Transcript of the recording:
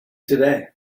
today